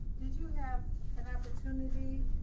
have an opportunity,